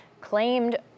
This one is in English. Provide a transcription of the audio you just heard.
claimed